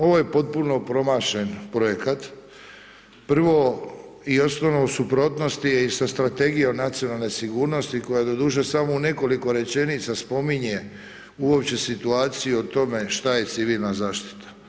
Ovo je potpuno promašen projekat, prvo i osnovno u suprotnosti je i sa Strategijom nacionalne sigurnosti koja doduše samo u nekoliko rečenica spominje uopće situaciju o tome šta je civilna zaštita.